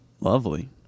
Lovely